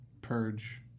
Purge